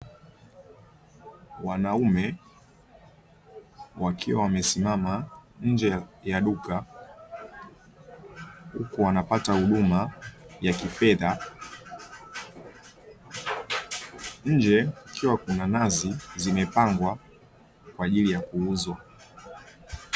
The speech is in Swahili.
Wanaume wakiwa wamesimama nje ya duka huku wanapata huduma ya kifedha, nje kukiwa na kuna nazi zimepangwa kwa ajili ya kuuzwa .